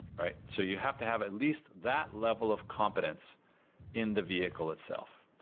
right? so you have to have at least that level of competence in the vehicle itself.